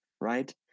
right